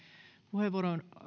puheenvuoron